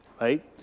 right